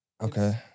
Okay